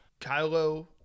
Kylo